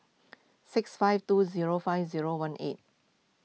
six five two zero five zero one eight